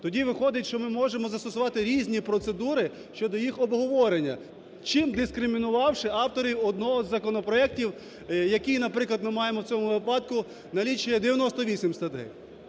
Тоді виходить, що ми можемо застосувати різні процедури щодо їх обговорення, чим дискримінувавши авторів одного із законопроектів, який, наприклад, ми маємо у цьому випадку – налічує 98 статей.